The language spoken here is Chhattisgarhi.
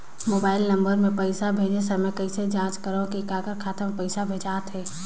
मोबाइल नम्बर मे पइसा भेजे समय कइसे जांच करव की काकर खाता मे पइसा भेजात हे?